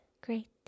Great